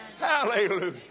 Hallelujah